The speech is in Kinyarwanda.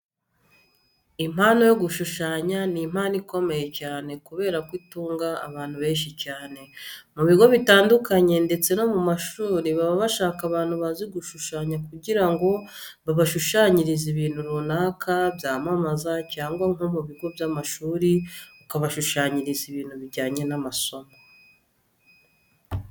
Impano yo gushushanya ni impano ikomeye cyane kubera ko itunga abantu benshi cyane. Mu bigo bitandukanye ndetse no ku mashuri baba bashaka abantu bazi gushushanya kugira ngo babashushanyirize ibintu runaka byamamaza cyangwa nko ku bigo by'amashuri ukabashushanyiriza ibintu bijyanye n'amasomo.